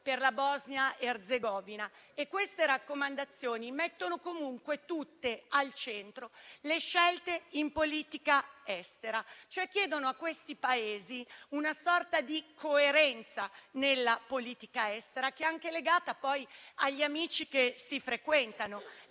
per la Bosnia-Erzegovina. Tali raccomandazioni mettono tutte al centro le scelte in politica estera, chiedendo a questi Paesi una sorta di coerenza nella politica estera, legata poi anche agli amici che si frequentano.